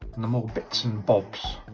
and the more bits and bobs,